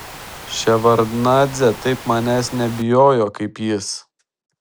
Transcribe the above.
ševardnadzė taip manęs nebijojo kaip jis